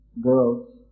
girls